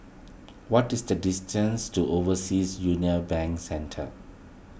what is the distance to Overseas Union Bank Centre